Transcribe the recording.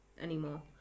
anymore